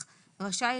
הסעד.